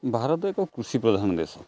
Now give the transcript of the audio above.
ଭାରତ ଏକ କୃଷି ପ୍ରଧାନ ଦେଶ